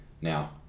Now